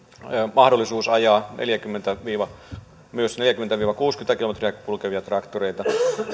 mahdollisuus ajaa myös neljäkymmentä viiva kuusikymmentä kilometriä tunnissa kulkevia traktoreita meillä on